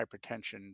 hypertension